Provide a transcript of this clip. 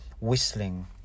whistling